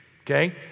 okay